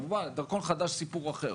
כמובן, דרכון חדש זה סיפור אחר.